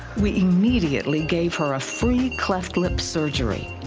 we immediately gave her a free cleft lip surgery.